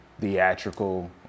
theatrical